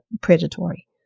predatory